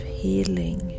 healing